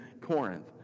Corinth